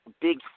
big